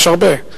יש הרבה.